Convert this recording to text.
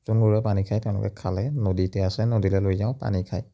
যোন গৰুৱে পানী খাই তেওঁলোকে খালে নদীতে আছে নদীলৈ লৈ যাওঁ পানী খায়